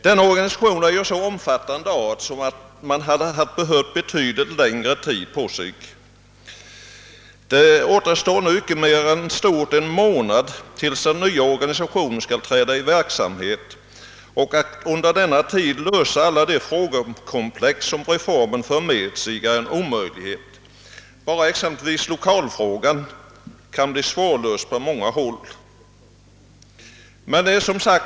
Denna organisation är av så omfattande art att det behövts betydligt längre tid för att genomföra densamma. Det återstår nu inte mycket mer än en månad tills den nya organisationen skall träda i verksamhet, och att under denna tid lösa hela det frågekomplex som reformen för med sig är en omöjlighet. Enbart lokalfrågan kan bli svårlöst på många håll.